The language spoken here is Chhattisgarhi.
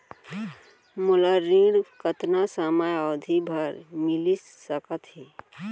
मोला ऋण कतना समयावधि भर मिलिस सकत हे?